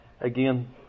again